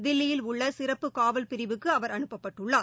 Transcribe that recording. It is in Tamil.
தில்லியில் உள்ள சிறப்பு காவல் பிரிவுக்கு அவர் அனுப்பப்பட்டுள்ளார்